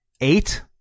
eight